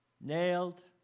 nailed